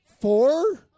Four